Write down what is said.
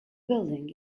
building